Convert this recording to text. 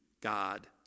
God